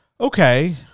Okay